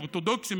אורתודוקסים,